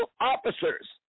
officers